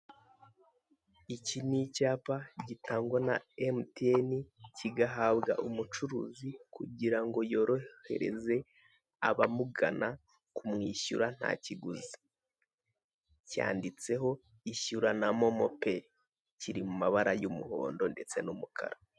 Iki ni icyapa gitangwa na emutiyene kigahabwa umucuruzi, kugira ngo yorohereze abamugana kwishyura nta kiguzi. Cyanditseho, ''ishyura na momo peyi'' kiri mummabara y'umuhondo ndetse n'umukara.